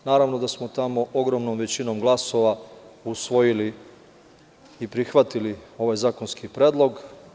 Naravno da smo tamo ogromnom većinom glasova usvojili i prihvatili ovaj zakonski predlog.